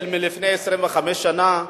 שלפני 25 שנה,